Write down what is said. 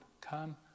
Come